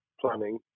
planning